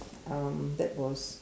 um that was